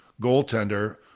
goaltender